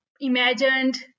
imagined